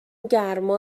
گرما